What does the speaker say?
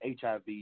HIV